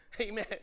Amen